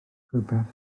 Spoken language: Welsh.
rhywbeth